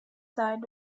side